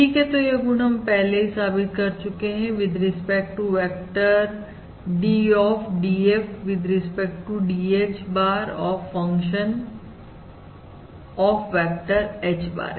ठीक है तो यह गुण हम पहले से ही साबित कर चुके हैं with respect to vector derivative d dF with respect to dH bar of function of vector H bar